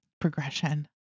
progression